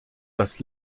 dass